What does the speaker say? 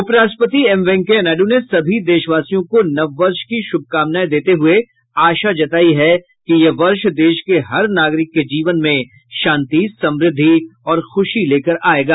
उप राष्ट्रपति एम वेंकैया नायडू ने सभी देशवासियों को नव वर्ष की शुभकामनाएं देते हुए आशा जताई है कि यह वर्ष देश के हर नागरिक के जीवन में शांति समृद्धि और खुशी लेकर आयेगा